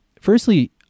firstly